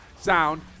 sound